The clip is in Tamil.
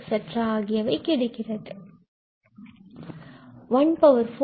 etc ஆகியவை கிடைக்கிறது 14 34 54